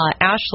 Ashley